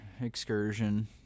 Excursion